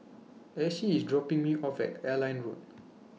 Ashby IS dropping Me off At Airline Road